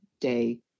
Day